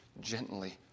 gently